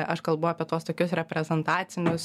aš kalbu apie tuos tokius reprezentacinius